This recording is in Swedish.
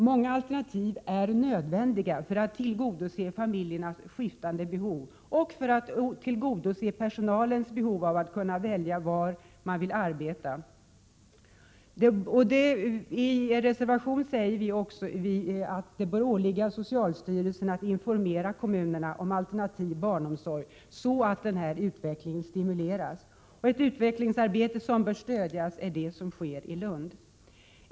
Många alternativ är nödvändiga för att tillgodose familjernas skiftande behov och för att tillgodose personalens behov av att kunna välja var man vill arbeta. I en reservation säger vi också att det bör åligga socialstyrelsen att informera kommunerna om alternativ barnomsorg så att utvecklingen stimuleras. Ett utvecklingsarbete som bör stödjas är det som sker i Lund.